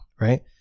right